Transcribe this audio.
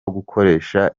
gukoresha